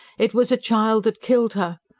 it was a child that killed her.